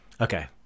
Okay